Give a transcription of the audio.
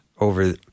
over